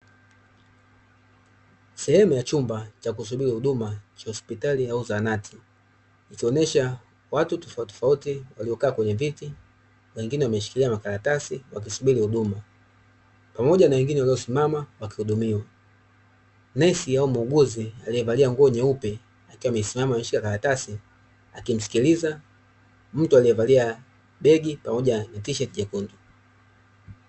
Sehemu ya chumba cha kusubiri huduma cha hospitali au zahanati, ikionyesha watu tofautitofauti waliokaa kwenye viti, wengine wameshikilia makaratasi wakisubiri huduma, pamoja na wengine waliosimama wakihudumiwa. Nesi au muuguzi aliyevalia nguo nyeupe akiwa amesimama ameshika karatasi, akimsikiliza mtu aliyevalia begi pamoja na tisheti nyekundu.